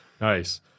Nice